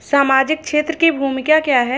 सामाजिक क्षेत्र की भूमिका क्या है?